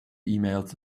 emails